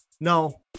no